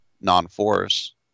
non-force